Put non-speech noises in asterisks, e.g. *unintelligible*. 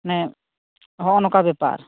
*unintelligible* ᱱᱚᱜᱚ ᱱᱚᱝᱠᱟ ᱵᱮᱯᱟᱨ